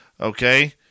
Okay